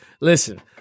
Listen